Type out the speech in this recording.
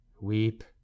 Weep